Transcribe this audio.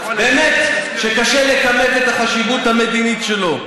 שקשה לכמת את החשיבות המדינית שלו.